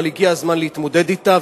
אבל הגיע הזמן להתמודד אתה,